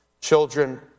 Children